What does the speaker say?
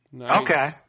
Okay